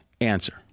answer